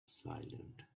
silent